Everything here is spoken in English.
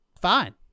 Fine